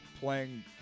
playing